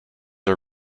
her